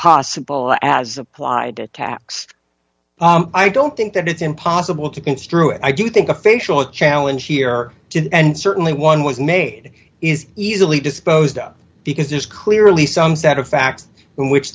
possible as applied to tax i don't think that it's impossible to construe it i do think a facial it challenge here to and certainly one was made is easily disposed of because there's clearly some